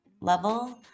level